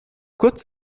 kurz